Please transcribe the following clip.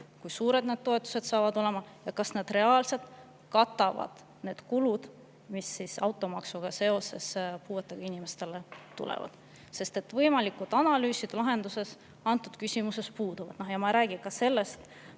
kui suured need toetused saavad olema ja kas need reaalselt katavad need lisakulud, mis automaksuga seoses puuetega inimestele tekivad. Võimalikud analüüsid lahenduste kohta antud küsimuses puuduvad. Ja ma ei räägi praegu sellest